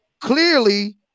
clearly